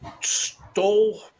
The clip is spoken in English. stole